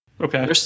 Okay